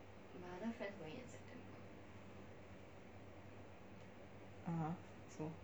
(uh huh) so